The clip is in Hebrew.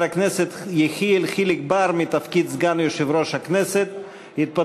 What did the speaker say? הכנסת יחיאל חיליק בר מתפקיד סגן יושב-ראש הכנסת.